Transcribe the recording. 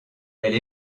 elle